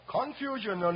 Confusion